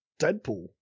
deadpool